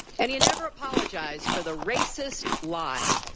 and he never apologized for the racist lie